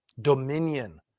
dominion